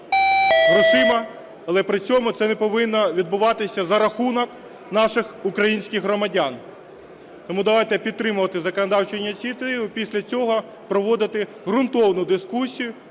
але при цьому це не повинно відбуватися за рахунок наших українських громадян. Тому давайте підтримувати законодавчу ініціативу, після цього проводити ґрунтовну дискусію